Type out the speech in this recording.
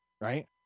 right